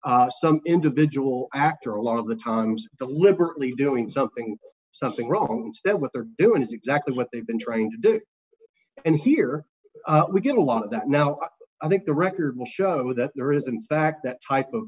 some individual actor a lot of the times the liberally doing something something wrong and that what they're doing is exactly what they've been trying to do and here we get a lot of that now i think the record will show that there isn't fact that type of